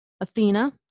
Athena